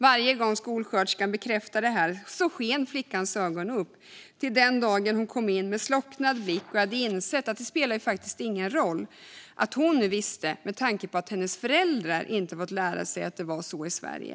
Varje gång skolsköterskan bekräftade detta sken flickans ögon upp - till den dag hon kom in med slocknad blick och hade insett att det spelade ingen roll att hon nu visste det eftersom hennes föräldrar inte hade fått lära sig att det är så i Sverige.